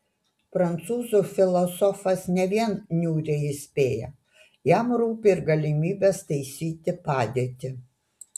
prancūzų filosofas ne vien niūriai įspėja jam rūpi ir galimybės taisyti padėtį